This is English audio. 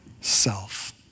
self